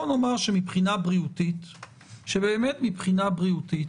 בואו נאמר שבאמת מבחינה בריאותית